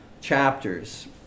chapters